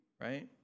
right